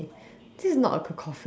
this is not a cacophony